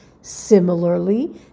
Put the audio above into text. similarly